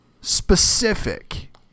specific